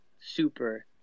super